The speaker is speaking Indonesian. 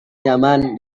nyaman